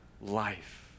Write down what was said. life